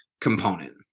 component